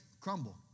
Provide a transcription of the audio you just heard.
crumble